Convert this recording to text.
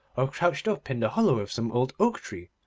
or crouched up in the hollow of some old oak-tree,